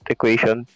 Equation